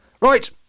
Right